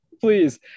please